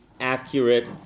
accurate